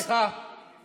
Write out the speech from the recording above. לא, סליחה, סליחה, סליחה.